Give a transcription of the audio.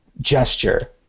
gesture